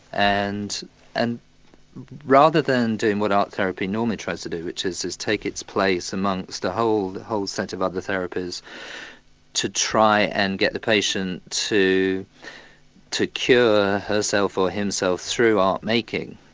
and and rather than doing what art therapy normally tries to do which is to take its place amongst a whole whole set of other therapies to try and get the patient to to cure herself or himself through art making